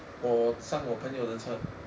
我上我朋友的车